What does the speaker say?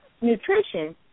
nutrition